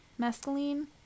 Mescaline